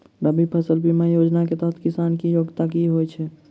रबी फसल बीमा योजना केँ तहत किसान की योग्यता की होइ छै?